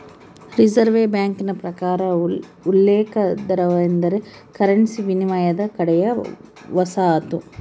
reserve ಬ್ಯಾಂಕಿನ ಪ್ರಕಾರ ಉಲ್ಲೇಖ ದರವೆಂದರೆ ಕರೆನ್ಸಿ ವಿನಿಮಯದ ಕಡೆಯ ವಸಾಹತು